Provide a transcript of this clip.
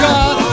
God